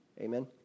amen